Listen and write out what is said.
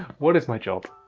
what is my job?